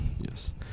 yes